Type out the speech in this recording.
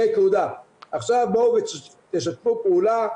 עכשיו בואו ותשתפו פעולה.